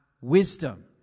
wisdom